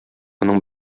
моның